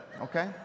okay